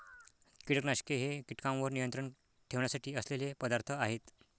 कीटकनाशके हे कीटकांवर नियंत्रण ठेवण्यासाठी असलेले पदार्थ आहेत